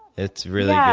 it's really yeah